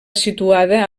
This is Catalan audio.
situada